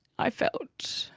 i felt